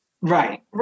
Right